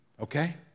Okay